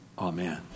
Amen